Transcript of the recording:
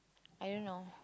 I don't know